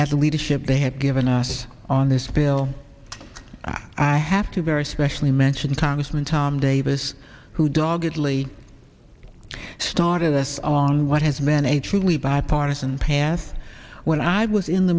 at the leadership they have given us on this bill i have two very specially mentioned congressman tom davis who doggedly started us on what has been a truly bipartisan path when i was in the